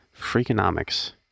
Freakonomics